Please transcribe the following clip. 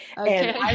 Okay